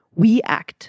WEACT